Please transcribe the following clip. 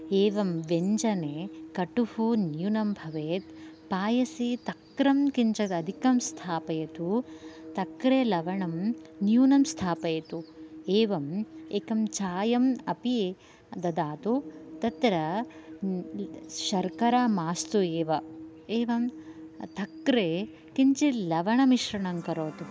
एवं व्यञ्जने कटुः न्यूनं भवेत् पायसे तक्रं किञ्चितधिकं स्थापयतु तक्रे लवणं न्यूनं स्थापयतु एवम् एकं चायम् अपि ददातु तत्र शर्करा मास्तु एव एवं तक्रे किञ्चित् लवणमिश्रणं करोतु